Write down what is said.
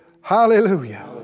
Hallelujah